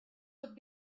could